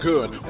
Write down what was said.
Good